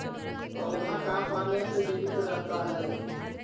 पौधा का पाने से जीवित रहता है?